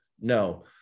no